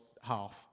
half